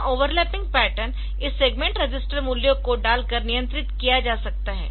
यह overlapping pattern इस segment register मूल्यों को डालकर नियंत्रित किया जा सकता है